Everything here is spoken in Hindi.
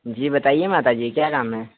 जी बताइए माता जी क्या काम है